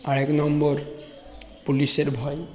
আর এক নম্বর পুলিশের ভয়